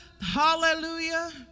hallelujah